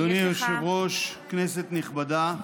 אדוני היושב-ראש, כנסת נכבדה,